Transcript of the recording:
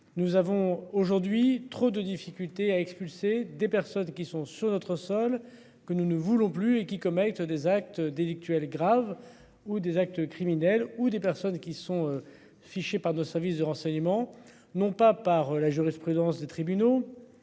nous avons aujourd'hui, trop de difficultés à expulser des personnes qui sont sur notre sol que nous ne voulons plus et qui commettent des actes délictuels graves ou des actes criminels ou des personnes qui sont fichées par nos services de renseignement, non pas par la jurisprudence des tribunaux.